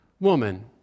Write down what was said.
woman